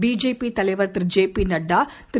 BJP தலைவர் திரு J P Nadda திரு